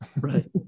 Right